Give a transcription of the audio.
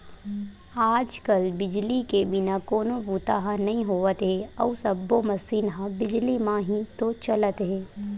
आज कल बिजली के बिना कोनो बूता ह नइ होवत हे अउ सब्बो मसीन ह बिजली म ही तो चलत हे